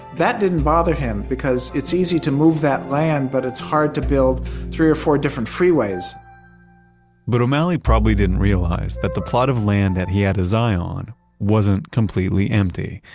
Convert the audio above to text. that didn't bother him because it's easy to move that land, but it's hard to build three or four different freeways but o'malley probably didn't realize that the plot of land that he had his eye on wasn't completely empty.